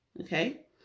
Okay